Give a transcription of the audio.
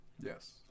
Yes